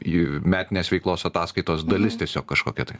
jų metinės veiklos ataskaitos dalis tiesiog kažkokia tai